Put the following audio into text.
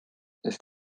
ist